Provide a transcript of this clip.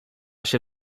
się